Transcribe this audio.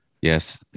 Yes